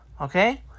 okay